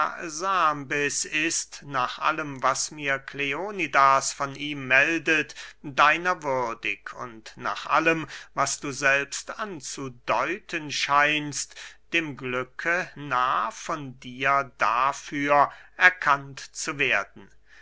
arasambes ist nach allem was mir kleonidas von ihm meldet deiner würdig und nach allem was du selbst anzudeuten scheinst dem glücke nah von dir dafür erkannt zu werden